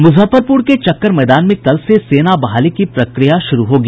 मुजफ्फरपुर के चक्कर मैदान में कल से सेना बहाली की प्रक्रिया शुरू होगी